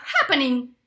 happening